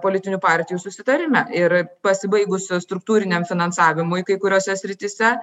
politinių partijų susitarime ir pasibaigus struktūriniam finansavimui kai kuriose srityse